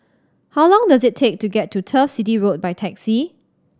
how long does it take to get to Turf City Road by taxi